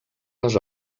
les